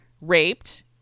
Raped